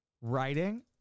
Writing